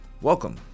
welcome